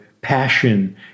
passion